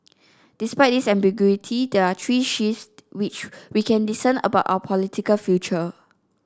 despite this ambiguity there are three shifts which we can discern about our political future